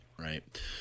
right